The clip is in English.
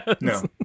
No